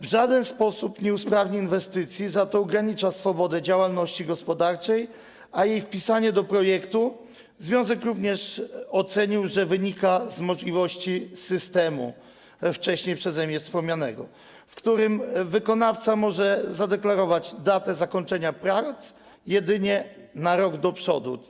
W żaden sposób nie usprawni to inwestycji, za to ogranicza swobodę działalności gospodarczej, a jej wpisanie do projektu - związek również tak to ocenił - wynika z możliwości wcześniej przeze mnie wspomnianego systemu, w którym wykonawca może zadeklarować datę zakończenia prac jedynie na rok do przodu.